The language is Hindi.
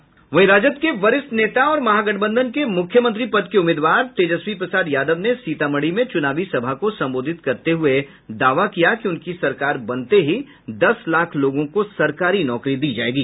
राजद के वरिष्ठ नेता और महागठबंधन के मुख्यमंत्री पद के उम्मीदवार तेजस्वी प्रसाद यादव ने सीतामढ़ी में चुनावी सभा को संबोधित करते हुए करते हुए दावा किया कि उनकी सरकार बनते ही दस लाख लोगों को सरकारी नौकरी दी जायेगी